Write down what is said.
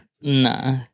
Nah